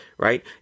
right